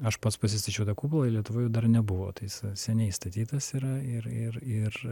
aš pats pasistačiau tą kupolą lietuvoj jų dar nebuvo tai jis seniai statytas yra ir ir ir